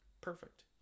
perfect